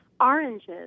oranges